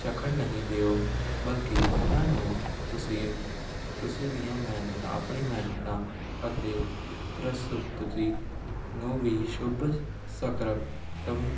ਚਖਣ ਨਹੀਂ ਦਿਓ ਬਲਕਿ ਉਹਨਾਂ ਨੂੰ ਤੁਸੀਂ ਤੁਸੀਂ ਦੀਆਂ ਮਿਹਨਤਾਂ ਆਪਣੀ ਮਿਹਨਤਾਂ ਅਤੇ ਪਰਾਸੁਰਤਤੀ ਨੂੰ ਵੀ ਸ਼ੁੱਭ ਸਕਰਪਤਮ